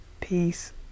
Peace